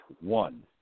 one